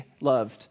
loved